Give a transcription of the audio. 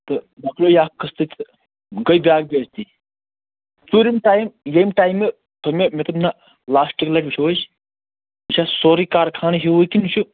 تہٕ مۅکلیٛو یہِ اکھ قٔسطہٕ تہِ گٔے بیٛاکھ بے عزتی ژوٗرِم ٹایم ییٚمہِ ٹایمہٕ دوٚپ مےٚ مےٚ دوٚپ نہَ لاسٹہٕ ٹایمہٕ وُچھو أسۍ یہِ چھا سورُے کارخانہٕ ہِوُے کِنہٕ یہِ چھُ